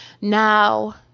Now